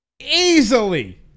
easily